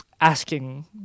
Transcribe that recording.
asking